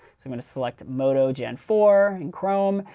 so i'm going to select moto gen four in chrome,